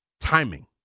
timing